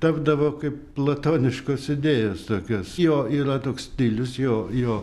tapdavo kaip platoniškos idėjos tokios jo yra toks stilius jo jo